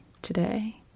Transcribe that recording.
today